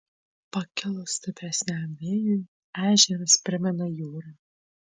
pakilus stipresniam vėjui ežeras primena jūrą